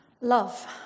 Love